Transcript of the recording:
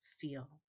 feel